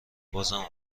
ببینینبازم